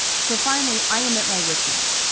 so finally, i am at my wit's end.